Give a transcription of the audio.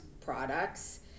products